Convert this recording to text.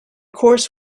course